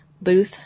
booth